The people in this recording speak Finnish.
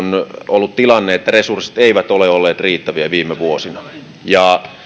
ollut tilanne että resurssit eivät ole olleet riittäviä viime vuosina ja